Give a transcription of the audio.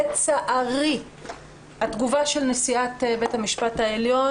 לצערי התגובה של נשיאת בית המשפט העליון